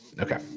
Okay